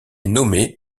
nommée